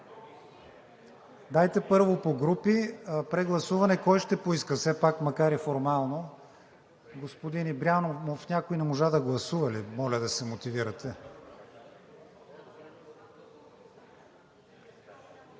КРИСТИАН ВИГЕНИН: Прегласуване – кой ще поиска, все пак макар и формално? Господин Ибрямов – някой не можа да гласува ли? Моля да се мотивирате.